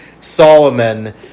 Solomon